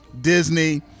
Disney